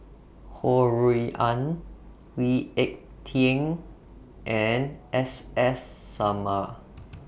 Ho Rui An Lee Ek Tieng and S S Sarma